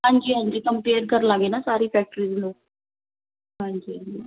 ਹਾਂਜੀ ਹਾਂਜੀ ਕੰਪੇਅਰ ਕਰ ਲਾਂਗੇ ਨਾ ਸਾਰੀ ਫੈਕਟਰੀਜ਼ ਨੂੰ ਹਾਂਜੀ ਹਾਂਜੀ